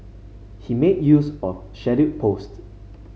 he made use of scheduled post